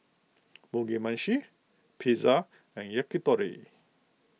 Mugi Meshi Pizza and Yakitori